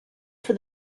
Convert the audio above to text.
for